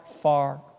far